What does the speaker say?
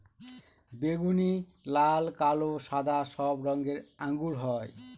বেগুনি, লাল, কালো, সাদা সব রঙের আঙ্গুর হয়